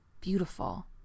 beautiful